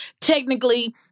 technically